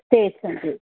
stay सन्ति